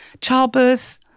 childbirth